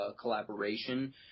collaboration